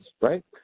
right